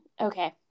Okay